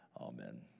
Amen